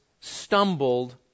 stumbled